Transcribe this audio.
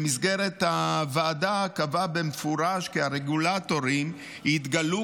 במסגרת הוועדה נקבע במפורש כי הרגולטורים התגלו